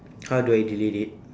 how do I delete it